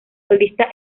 solista